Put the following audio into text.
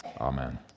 Amen